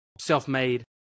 self-made